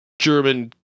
German